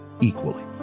equally